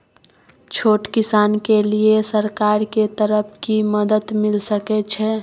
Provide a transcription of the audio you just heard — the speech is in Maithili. छोट किसान के लिए सरकार के तरफ कि मदद मिल सके छै?